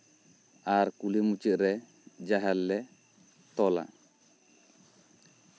ᱟᱨ ᱠᱩᱞᱦᱤ ᱢᱩᱪᱟᱹᱫᱨᱮ ᱡᱟᱦᱮᱨ ᱞᱮ ᱛᱚᱞᱟ